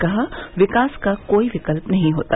कहा विकास का कोई विकल्प नहीं होता